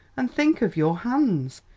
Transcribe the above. and think of your hands!